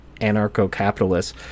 anarcho-capitalists